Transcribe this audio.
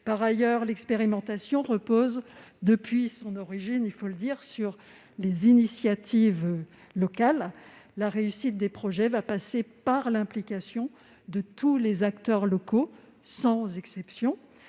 Par ailleurs, l'expérimentation repose depuis son origine sur les initiatives locales. La réussite des projets passera par l'implication de tous les acteurs locaux, sans exception.